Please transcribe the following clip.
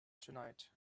tonight